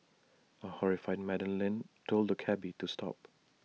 A horrified Madam Lin told the cabby to stop